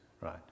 right